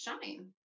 shine